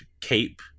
cape